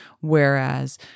Whereas